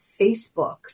Facebook